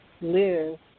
live